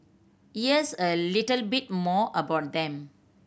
here's a little bit more about them